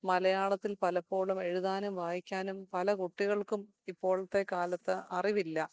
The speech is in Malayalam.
മലയാളത്തിൽ പലപ്പോളും എഴുതാനും വായിക്കാനും പല കുട്ടികൾക്കും ഇപ്പോഴത്തെ കാലത്ത് അറിവില്ല